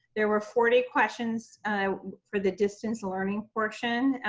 there were forty questions for the distance learning portion,